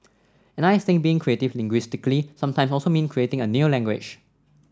and I think being creative linguistically sometimes also mean creating a new language